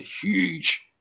huge